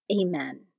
Amen